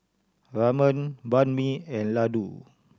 Ramen Banh Mi and Ladoo